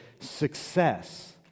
success